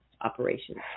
operations